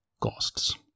costs